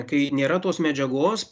kai nėra tos medžiagos